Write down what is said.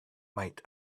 might